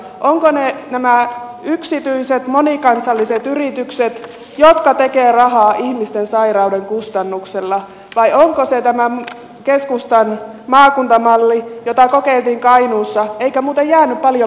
ovatko ne nämä yksityiset monikansalliset yritykset jotka tekevät rahaa ihmisten sairauden kustannuksella vai onko se tämä keskustan maakuntamalli jota kokeiltiin kainuussa eikä muuten jäänyt paljon villoja käteen